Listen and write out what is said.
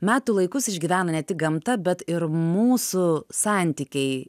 metų laikus išgyvena ne tik gamta bet ir mūsų santykiai